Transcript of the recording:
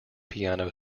piano